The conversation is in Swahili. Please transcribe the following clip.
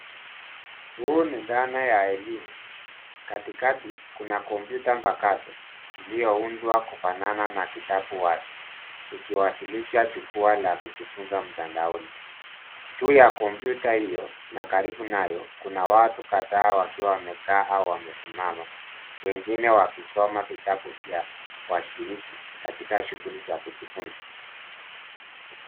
Huu ni dhana ya elimu. Katikati kuna kompyuta mpakato iliyoundwa kufanana na kitabu wazi ikiwaasilisha jukwaa la kujifunza mtandaoni. Juu ya kompyuta hiyo na karibu nayo kuna watu kadhaa wakiwa wamekaa au kusimama wengine wakisoma vitabu vyao washiriki katika shughuli za kujifunza.